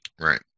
Right